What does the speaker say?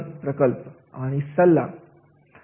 काही विना कौशल्याची कार्य आहे